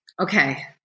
Okay